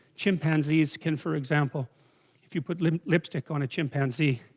chimpanzees can for example if you put lipstick on a chimpanzee